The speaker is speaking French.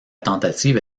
tentative